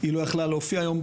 היא לא יכלה להגיע היום,